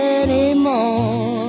anymore